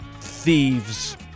thieves